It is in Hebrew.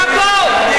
בכסף.